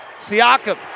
Siakam